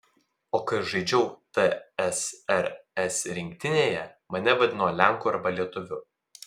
o kai žaidžiau tsrs rinktinėje mane vadino lenku arba lietuviu